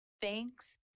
thanks